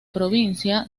provincia